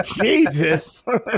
Jesus